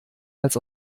als